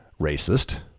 racist